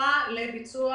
שנשלחה לביצוע